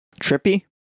trippy